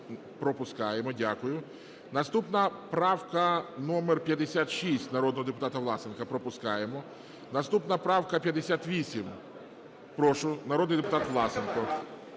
Пропускаємо, дякую. Наступна правка номер 56, народного депутата Власенка. Пропускаємо. Наступна правка 58. Прошу, народний депутат Власенко.